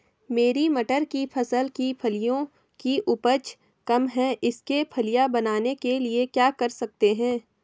मेरी मटर की फसल की फलियों की उपज कम है इसके फलियां बनने के लिए क्या कर सकते हैं?